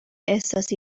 احساسی